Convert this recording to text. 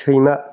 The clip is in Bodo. सैमा